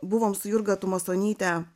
buvom su jurga tumasonyte